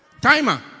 timer